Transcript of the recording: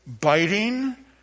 biting